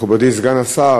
מכובדי סגן השר,